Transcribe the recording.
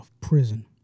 prison